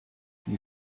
you